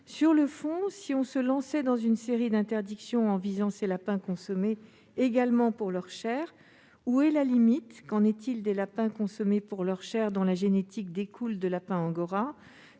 Sur le fond, si l'on se lance dans une série d'interdictions en visant les lapins consommés également pour leur chair, où sera la limite ? Qu'en sera-t-il des lapins consommés pour leur chair et qui découlent génétiquement du lapin angora ?